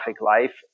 life